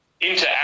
interact